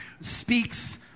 speaks